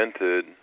invented